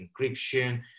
encryption